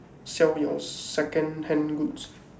sell your second-hand goods